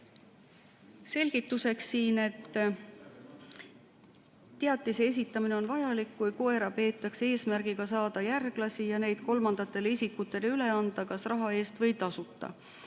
Selgituseks, teatise esitamine on vajalik, kui koera peetakse eesmärgiga saada järglasi ja neid kolmandatele isikutele üle anda kas raha eest või tasuta,